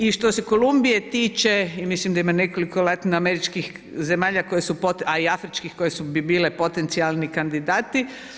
I što se Kolumbije tiče i mislim da ima nekoliko latinoameričkih zemalja koje su, a i afričkih koje bi bile potencijalni kandidati.